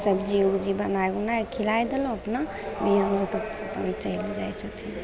सबजी उबजी बनै उनै खिलै देलहुँ अपना वएह बस तब चलि जाइ छथिन